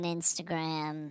Instagram